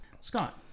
Scott